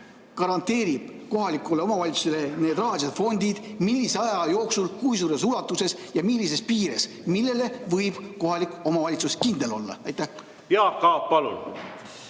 garanteerib kohalikule omavalitsusele rahalised fondid, millise aja jooksul, kui suures ulatuses ja millistes piirides, millele võib kohalik omavalitsus kindel olla? Jaak Aab, palun!